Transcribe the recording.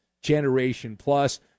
generation-plus